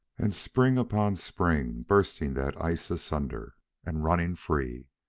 and spring upon spring bursting that ice asunder and running free.